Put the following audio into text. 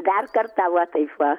dar kartą va taip va